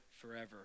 forever